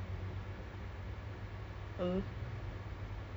dapat pergi malaysia !fuh! full on